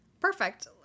Perfect